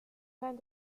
gran